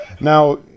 Now